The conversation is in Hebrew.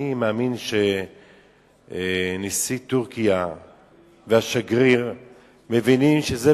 אני מאמין שנשיא טורקיה והשגריר מבינים שזו